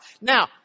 Now